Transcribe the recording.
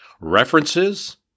References